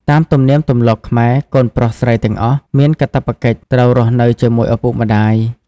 តាមទំនៀមទម្លាប់ខ្មែរ កូនប្រុសស្រីទាំងអស់ មានកាតព្វកិច្ចត្រូវរស់នៅជាមួយឪពុកម្តាយ។